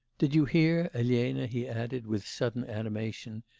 did you hear, elena he added with sudden animation,